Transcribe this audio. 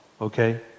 okay